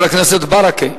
חבר הכנסת ברכה,